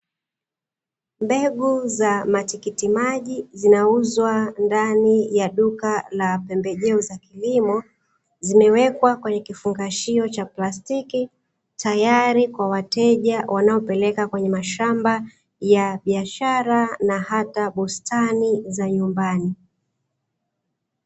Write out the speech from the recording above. Mbegu za matikitimaji zinauzwa ndani ya duka la pembejeo za kilimo, zimewekwa kwenye kifungashio cha plastiki tayari kwa wateja wanaopeleka kwenye mashamba ya biashara na hata bustani za nyumbani.